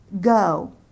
Go